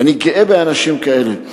ואני גאה באנשים כאלה.